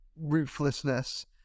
ruthlessness